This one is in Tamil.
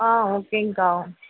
ஆ ஓகேங்கக்கா